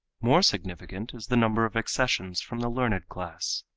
more significant is the number of accessions from the learned class.